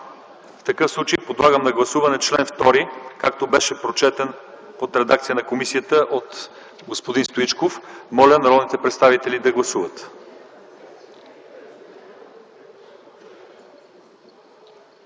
В такъв случай подлагам на гласуване чл. 2, както беше прочетен под редакция на комисията от господин Стоичков. Моля народните представители да гласуват.